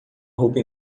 roupa